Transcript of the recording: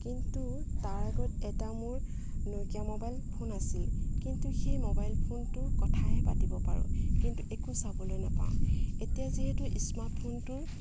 কিন্তু তাৰ আগত এটা মোৰ নকিয়া ম'বাইল ফোন আছিল কিন্তু সেই ম'বাইল ফোনটো কথাহে পাতিব পাৰোঁ কিন্তু একো চাবলৈ নাপাওঁ এতিয়া যিহেতু স্মাৰ্ট ফোনটোৰ